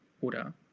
oder